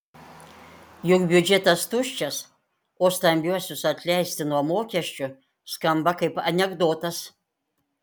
juk biudžetas tuščias o stambiuosius atleisti nuo mokesčių skamba kaip anekdotas